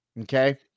okay